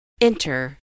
Enter